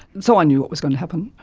so i knew what was going to happen.